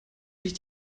sich